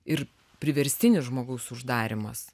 ir priverstinis žmogaus uždarymas